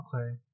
Okay